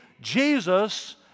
Jesus